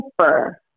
super